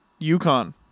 UConn